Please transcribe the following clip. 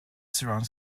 surrounds